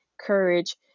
courage